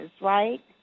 right